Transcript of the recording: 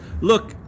Look